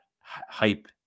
hype